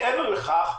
מעבר לכך,